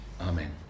Amen